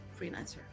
freelancer